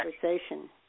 conversation